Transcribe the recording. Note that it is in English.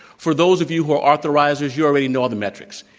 for those of you who are authorizers, you already know all the metrics.